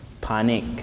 Panic